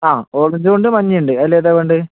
ആ ഓറഞ്ചും ഉണ്ട് മഞ്ഞയുമുണ്ട് അതിലേതാ വേണ്ടത്